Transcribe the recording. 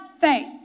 Faith